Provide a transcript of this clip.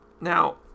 Now